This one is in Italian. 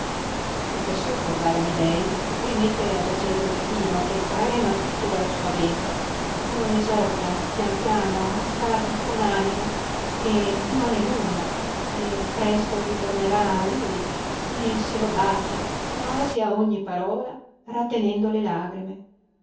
il professor corvara amidei rimette a giacere dolfino che trema tutto dallo spavento lo esorta pian piano a far buon animo ché non è nulla ché presto ritornerà a lui e se lo bacia quasi a ogni parola rattenendo le lagrime